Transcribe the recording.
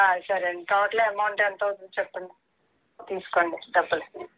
సరే అండి total amount ఎంత అవుతుంది చెప్పండి తీసుకోండి డబ్బులు